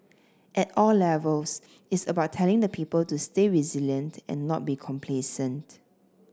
at all levels it's about telling the people to stay resilient and not be complacent